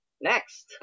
Next